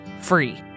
free